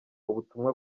ubutumwa